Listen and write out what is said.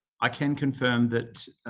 i can confirm that